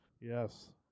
Yes